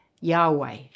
Yahweh